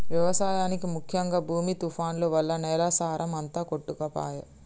వ్యవసాయానికి ముఖ్యం భూమి తుఫాన్లు వల్ల నేల సారం అంత కొట్టుకపాయె